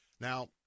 Now